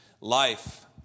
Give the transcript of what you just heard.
Life